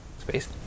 Space